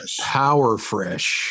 Powerfresh